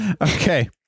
Okay